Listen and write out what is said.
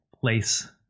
place